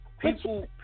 people